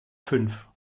fünf